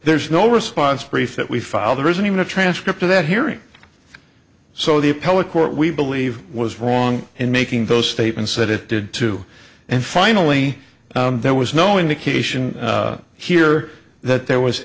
there's no response brief that we filed there isn't even a transcript of that hearing so the appellate court we believe was wrong in making those statements that it did to and finally there was no indication here that there was